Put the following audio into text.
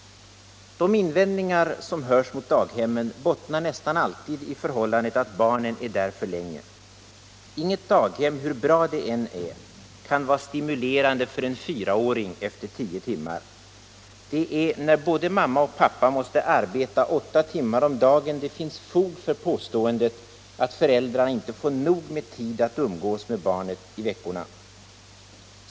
De invändningar som hörs mot daghemmen bottnar nästan alltid i förhållandet att barnen är där för länge. Inget daghem, hur bra det än är, kan vara stimulerande för en fyraåring efter tio timmar. Det är när både mamma och pappa måste arbeta åtta timmar om dagen det finns fog för påståendet att föräldrarna inte får nog med tid att umgås med barnet i veckorna.